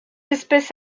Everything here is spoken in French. espèces